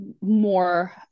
more